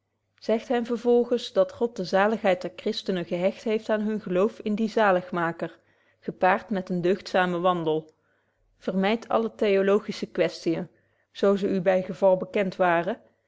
zegt hen vervolgens dat god de zaligheid der christenen gehecht heeft aan hun geloof in dien zabetje wolff proeve over de opvoeding ligmaker gepaard met eenen deugdzaamen wandel vermydt alle theologische kwestiën zo ze u by geval bekent waren